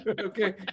Okay